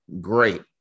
great